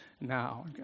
Now